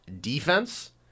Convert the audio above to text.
defense